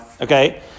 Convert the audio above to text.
Okay